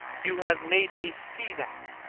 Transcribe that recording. you have made me see that.